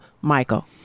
Michael